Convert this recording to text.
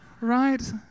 Right